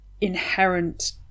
inherent